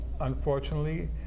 unfortunately